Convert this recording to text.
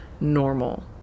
normal